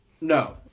No